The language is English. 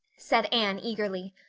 said anne eagerly.